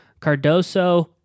Cardoso